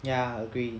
ya I agree